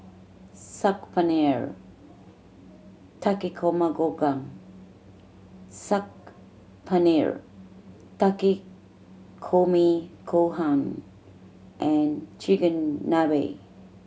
Saag Paneer Takikomi Saag Paneer Takikomi Gohan and Chigenabe